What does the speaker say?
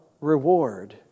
reward